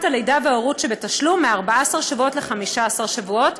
הלידה וההורות שבתשלום מ-14 שבועות ל-15 שבועות,